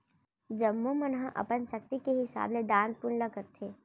जम्मो मन ह अपन सक्ति के हिसाब ले दान पून ल करथे